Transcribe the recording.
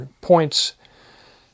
points